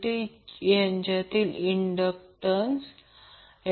तर Y हे admittance आहे